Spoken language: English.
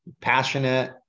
Passionate